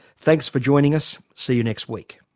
thanks for joining us, see you next week